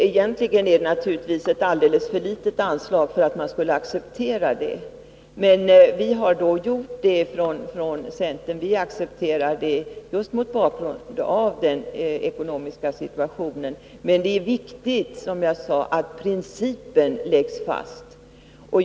Egentligen är naturligtvis anslaget alldeles för litet, men vi har från centerns sida accepterat det just mot bakgrund av den ekonomiska situationen. Det är emellertid viktigt att principen läggs fast.